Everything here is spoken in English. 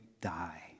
die